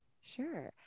Sure